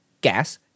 gas